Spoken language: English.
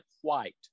white